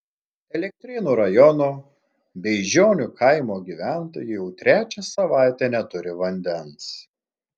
elektrėnų rajono beižionių kaimo gyventojai jau trečią savaitę neturi vandens